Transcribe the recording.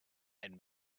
and